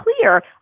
clear